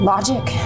Logic